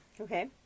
Okay